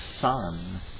sun